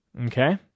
okay